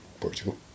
Portugal